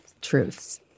truths